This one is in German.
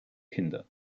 kinder